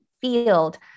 field